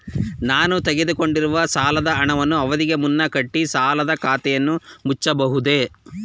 ನಾನು ತೆಗೆದುಕೊಂಡಿರುವ ಸಾಲದ ಹಣವನ್ನು ಅವಧಿಗೆ ಮುನ್ನ ಕಟ್ಟಿ ಸಾಲದ ಖಾತೆಯನ್ನು ಮುಚ್ಚಬಹುದೇ?